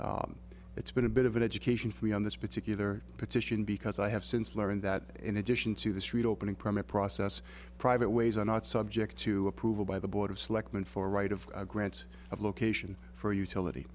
process it's been a bit of an education for me on this particular petition because i have since learned that in addition to the street opening permit process private ways are not subject to approval by the board of selectmen for right of grants of location for utility